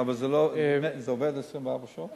אבל זה עובד 24 שעות?